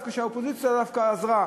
והאופוזיציה דווקא עזרה,